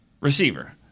receiver